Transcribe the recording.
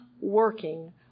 working